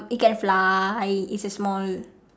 it can fly it's a small